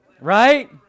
Right